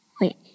Wait